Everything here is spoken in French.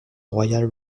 royal